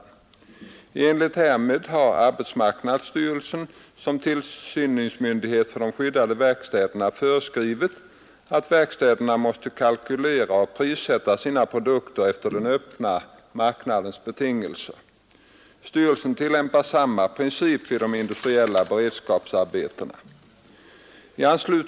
I enlighet härmed har AMS som tillsynsmyndighet för de skyddade verkstäderna föreskrivit, att verkstäderna måste kalkylera och prissätta sina produkter efter den öppna marknadens betingelser. Styrelsen tillämpar samma princip för de industriella beredskapsarbetena.